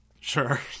Sure